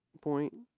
point